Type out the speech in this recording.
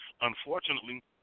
Unfortunately